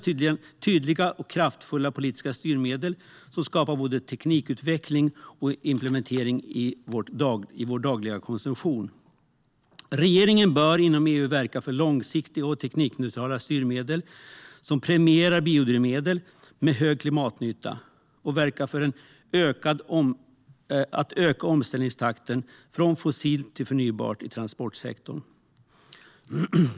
Det behövs tydliga och kraftfulla politiska styrmedel som skapar både teknikutveckling och implementering i vår dagliga konsumtion. Regeringen bör inom EU verka för långsiktiga och teknikneutrala styrmedel, som premierar biodrivmedel med hög klimatnytta, och verka för att öka omställningstakten från fossilt till förnybart i transportsektorn.